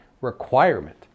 requirement